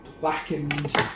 blackened